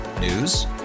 News